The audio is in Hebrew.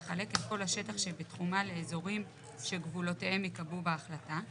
לחלק את כל השטח שבתחומה לאזורים שגבולותיהם ייקבעו בהחלטה.